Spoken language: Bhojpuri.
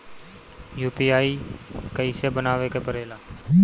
यू.पी.आई कइसे बनावे के परेला?